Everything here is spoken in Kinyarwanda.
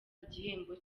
igihembo